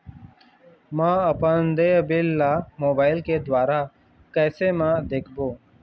म अपन देय बिल ला मोबाइल के द्वारा कैसे म देखबो?